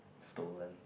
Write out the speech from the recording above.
stolen